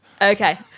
Okay